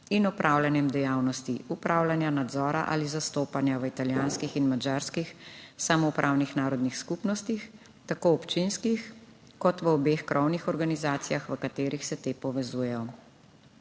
in opravljanjem dejavnosti upravljanja, nadzora ali zastopanja v italijanskih in madžarskih samoupravnih narodnih skupnostih, tako občinskih kot v obeh krovnih organizacijah, v katerih se te povezujejo.